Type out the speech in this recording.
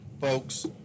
folks